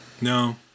No